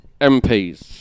MPs